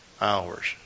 hours